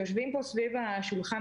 יושבים פה סביב השולחן,